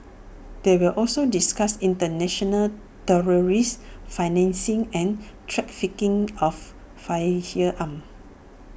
they will also discuss International terrorist financing and trafficking of firearms